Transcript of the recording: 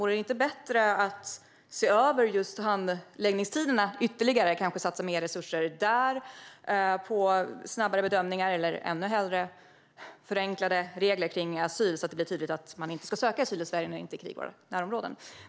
Vore det inte bättre att se över handläggningstiderna ytterligare och kanske satsa mer resurser på snabbare bedömningar? Ännu bättre vore förenklade asylregler som tydliggör att man inte ska söka asyl i Sverige när det inte är krig i våra närområden.